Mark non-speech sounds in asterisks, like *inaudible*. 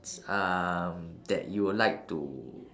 *noise* um that you would like to